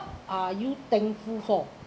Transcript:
are you thankful for